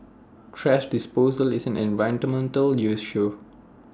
thrash disposal is an issue